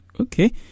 Okay